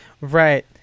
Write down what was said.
right